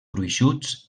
gruixuts